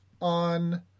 On